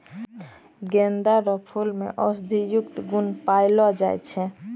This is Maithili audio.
गेंदा रो फूल मे औषधियुक्त गुण पयलो जाय छै